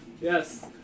Yes